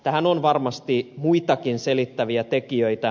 tähän on varmasti muitakin selittäviä tekijöitä